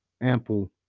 ample